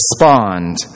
respond